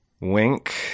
Wink